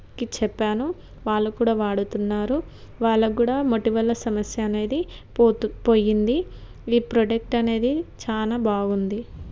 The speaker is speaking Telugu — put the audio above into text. కి చెప్పాను వాళ్ళు కూడా వాడుతున్నారు వాళ్ళకు కూడా మొటిమల సమస్య అనేది పోతు పొయ్యింది ఈ ప్రాడక్ట్ అనేది చాలా బాగుంది